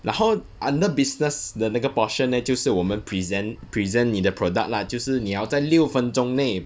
然后 under business 的那个 portion leh 就是我们 present present 你的 product lah 就是你要在六分钟内